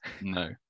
No